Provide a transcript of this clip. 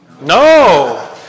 No